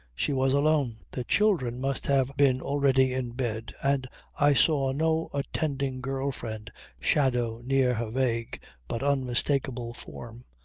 she was alone. the children must have been already in bed and i saw no attending girl-friend shadow near her vague but unmistakable form,